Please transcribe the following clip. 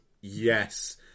yes